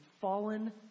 fallen